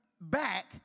back